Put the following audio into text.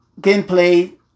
gameplay